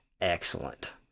Excellent